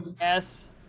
Yes